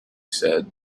said